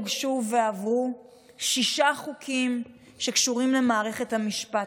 הוגשו ועברו שישה חוקים שקשורים למערכת המשפט,